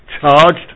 charged